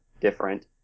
different